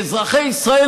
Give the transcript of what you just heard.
ואזרחי ישראל,